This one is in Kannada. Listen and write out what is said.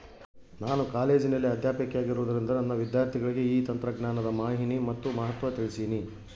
ನಾನು ಕಾಲೇಜಿನಲ್ಲಿ ಅಧ್ಯಾಪಕಿಯಾಗಿರುವುದರಿಂದ ನನ್ನ ವಿದ್ಯಾರ್ಥಿಗಳಿಗೆ ಈ ತಂತ್ರಜ್ಞಾನದ ಮಾಹಿನಿ ಮತ್ತು ಮಹತ್ವ ತಿಳ್ಸೀನಿ